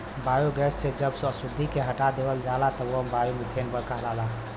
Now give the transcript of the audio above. biogas से जब अशुद्धि के हटा देवल जाला तब इ बायोमीथेन कहलाला